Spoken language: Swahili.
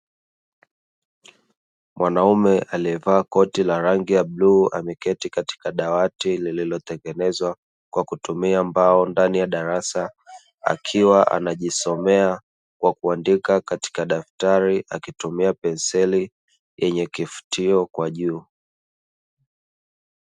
Mwanaume aliyevaa koti la rangi ya bluu, ameketi katika dawati lililotengenezwa kwa kutumia mbao ndani ya darasa, akiwa anajisomea kwa kuandika katika daftari, akitumia penseli yenye kifutio kwa juu.